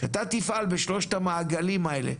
כשאתה תפעל בשלושת המעגלים האלה,